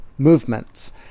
Movements